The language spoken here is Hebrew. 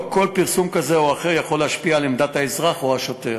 לא כל פרסום כזה או אחר יכול להשפיע על עמדת האזרח או השוטר.